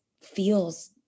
feels